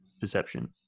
perception